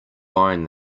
buying